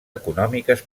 econòmiques